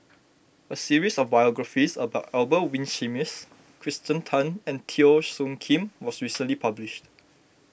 a series of biographies about Albert Winsemius Kirsten Tan and Teo Soon Kim was recently published